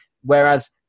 whereas